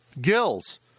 Gills